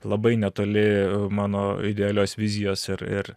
labai netoli mano idealios vizijos ir ir